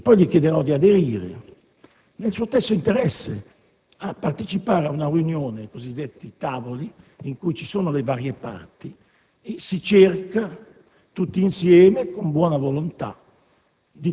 e poi gli chiederò di aderire, nel suo stesso interesse, a partecipare ad una riunione (i cosiddetti «tavoli»), in cui ci sono le varie parti e in cui si cerca tutti insieme, con buona volontà,